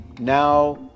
now